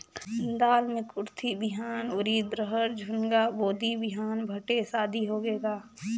दाल मे कुरथी बिहान, उरीद, रहर, झुनगा, बोदी बिहान भटेस आदि होगे का?